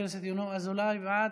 בעד, חבר הכנסת ינון אזולאי, בעד,